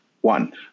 One